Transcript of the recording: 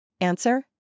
Answer